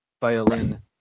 violin